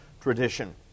tradition